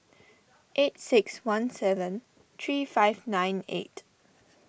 eight six one seven three five nine eight